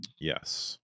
Yes